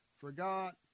forgot